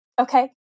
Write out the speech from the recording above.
Okay